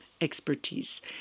expertise